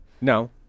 No